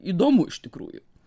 įdomu iš tikrųjų